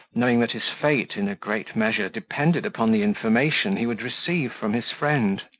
knowing that his fate, in a great measure, depended upon the information he would receive from his friend.